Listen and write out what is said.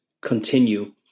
continue